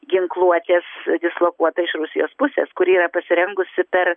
ginkluotės dislokuota iš rusijos pusės kuri yra pasirengusi per